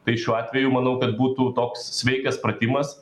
tai šiuo atveju manau kad būtų toks sveikas pratimas